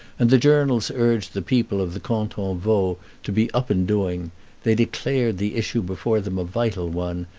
and the journals urged the people of the canton vaud to be up and doing they declared the issue before them a vital one,